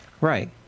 Right